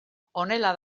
honela